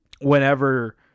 whenever